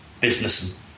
business